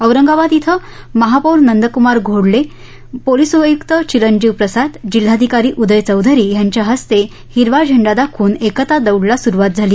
औरंगाबाद इथं महापौर नंदकुमार घोडेले पोलीस आयुक्त चिरंजीव प्रसाद जिल्हाधिकारी उदय चौधरी यांच्या हस्ते हिरवा झेंडा दाखवून एकता दौड रन फॉर युनिटी ला सुरुवात झाली